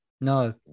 No